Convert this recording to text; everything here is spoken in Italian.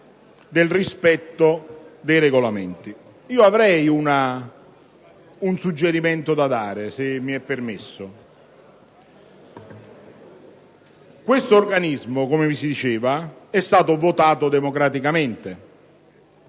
pieno rispetto dei Regolamenti. Io avrei allora un suggerimento da dare, se mi è permesso farlo. Questo organismo, come si diceva, è stato eletto democraticamente.